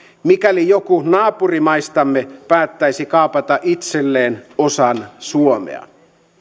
mikäli joku naapurimaistamme päättäisi kaapata itselleen osan suomea